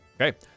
Okay